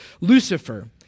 Lucifer